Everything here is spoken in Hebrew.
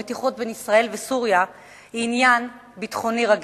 המתיחות בין ישראל לסוריה היא עניין ביטחוני רגיש.